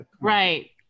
Right